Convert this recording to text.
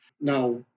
Now